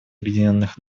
объединенных